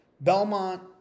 Belmont